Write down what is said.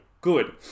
good